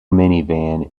minivan